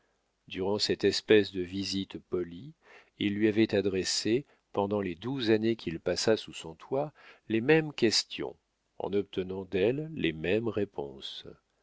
durant cette espèce de visite polie il lui avait adressé pendant les douze années qu'il passa sous son toit les mêmes questions en obtenant d'elle les mêmes réponses